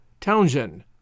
Townsend